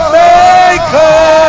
maker